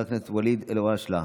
חבר הכנסת ואליד אלהואשלה,